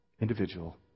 individual